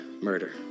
murder